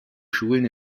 schulen